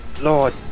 Lord